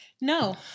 No